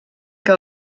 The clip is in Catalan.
que